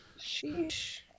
Sheesh